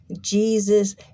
jesus